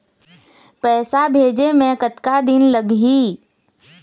पैसा भेजे मे कतका दिन लगही?